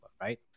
right